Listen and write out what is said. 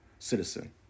Citizen